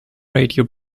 radio